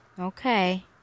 Okay